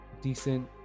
decent